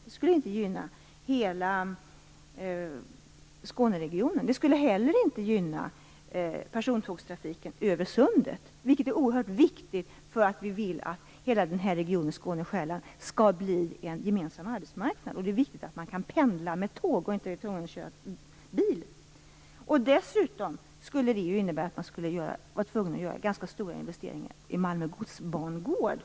Det skulle inte gynna hela Skåneregionen. Det skulle heller inte gynna persontågtrafiken över sundet, vilket är oerhört viktigt eftersom vi vill att hela regionen Skåne-Sjelland skall bli en gemensam arbetsmarknad. Då är det viktigt att kunna pendla med tåg och att inte vara tvungen att köra bil. Vidare skulle det innebära att man tvingades att göra ganska stora investeringar i Malmö godsbangård.